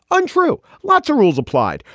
untrue. lots of rules applied.